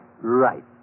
Right